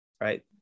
right